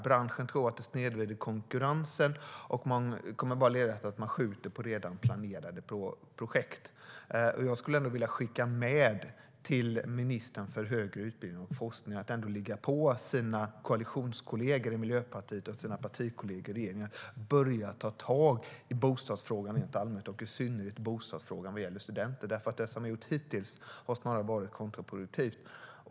Branschen tror att det snedvrider konkurrensen, och det kommer bara att leda till att man skjuter på redan planerade projekt. Jag vill skicka med till ministern för högre utbildning och forskning att ligga på sina koalitionskollegor i Miljöpartiet och sina partikollegor i regeringen: Börja att ta tag i bostadsfrågan rent allmänt och i synnerhet bostadsfrågan när det gäller studenter! Det som ni har gjort hittills har snarare varit kontraproduktivt.